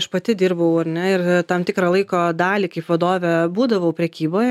aš pati dirbau ar ne ir tam tikrą laiko dalį kaip vadovė būdavau prekyboje